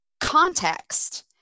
context